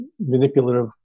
manipulative